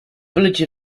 village